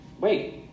wait